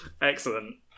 Excellent